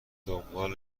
دنبال